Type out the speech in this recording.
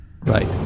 Right